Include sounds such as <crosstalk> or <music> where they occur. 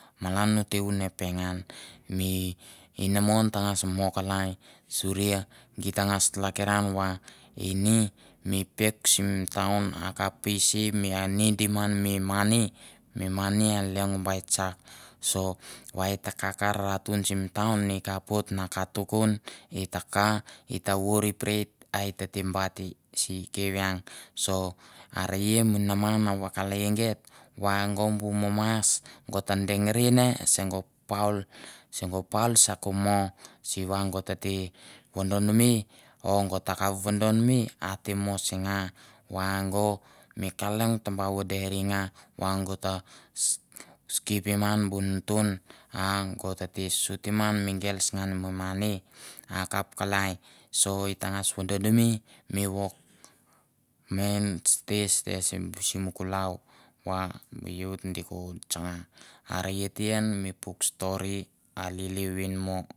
Malan ote vune pengan mi inamon tangas mo kalai suria gi tangas lakiran va ini mi pek sim taun a kap isi a nidim ngan mi mani, mi mani a leong baitsak. So va et ta ka kar ratun sim tau, i kapoit na ka tukon, i ta ka i ta voer preit a e tete bait i si kavieng. So are ia mi nama na vakalaia geit ba e go bu mama's go ta dengaria ne se go pauls se go pauls a ko mo siva go tete vodonme o go ta kap vodonme a te mo se nga va go mi ka leong taba voderinga va go ta skipim ngan bu tun a go tete sutim ngan mi girls ngan bu mani, akap kalai, so i tangas vododonme wokmeri <unintelligible> stes simi kulau va mi youth di ko tsanga. Are ia te an mi puk stori a lili van mo